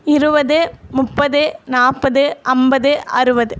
இருபது முப்பது நாற்பது ஐம்பது அறுபது